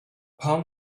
palm